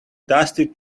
dusty